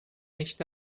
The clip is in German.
nicht